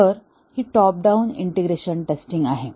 तर ही top down integration testing आहे